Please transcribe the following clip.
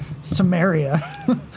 Samaria